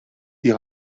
die